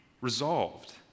resolved